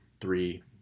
three